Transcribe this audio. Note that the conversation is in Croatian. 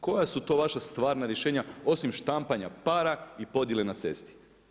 Koja su to vaša stvarna rješenja osim štampanja para i podjele na cesti?